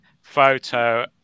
photo